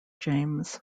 james